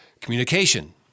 communication